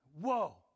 Whoa